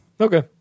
okay